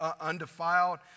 undefiled